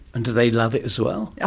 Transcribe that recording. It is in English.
and do they love it as well? yeah